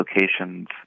locations